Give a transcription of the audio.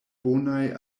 bonaj